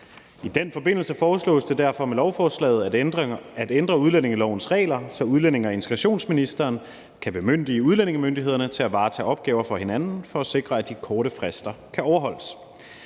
I den forbindelse foreslås det derfor med lovforslaget at ændre udlændingelovens regler, så udlændinge- og integrationsministeren kan bemyndige udlændingemyndighederne til at varetage opgaver for hinanden, for at sikre, at de korte frister kan overholdes.